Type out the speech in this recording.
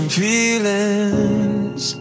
feelings